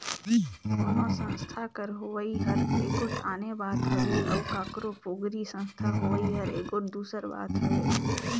कोनो संस्था कर होवई हर एगोट आने बात हवे अउ काकरो पोगरी संस्था होवई हर एगोट दूसर बात हवे